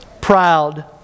Proud